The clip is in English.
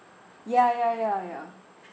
ya ya ya ya